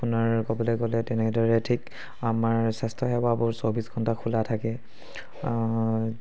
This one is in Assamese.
আপোনাৰ ক'বলৈ গ'লে তেনেদৰে থিক আমাৰ স্বাস্থ্য সেৱাবোৰ চৌব্বিছ ঘণ্টা খোলা থাকে